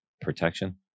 protection